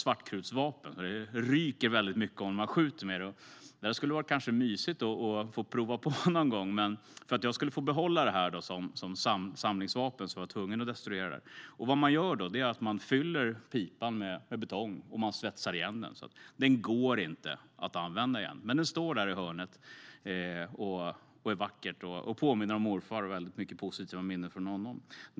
När man skjuter med ett sådant ryker det väldigt mycket. Det skulle kanske ha varit mysigt att få prova på någon gång, men för att jag skulle få behålla det som samlingsvapen var jag tvungen att destruera det. Vad man gör då är att man fyller pipan med betong och svetsar igen den, så att vapnet inte går att använda igen. Men det står där vackert i hörnet och påminner om morfar, som jag har väldigt många positiva minnen från.